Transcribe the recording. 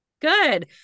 Good